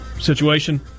situation